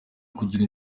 kugira